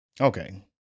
Okay